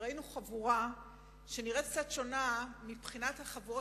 וראינו חבורה שנראית קצת שונה מהחבורות